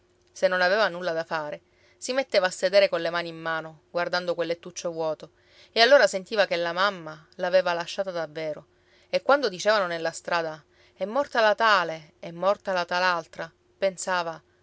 se non aveva nulla da fare si metteva a sedere colle mani in mano guardando quel lettuccio vuoto e allora sentiva che la mamma l'aveva lasciata davvero e quando dicevano nella strada è morta la tale è morta la tal'altra pensava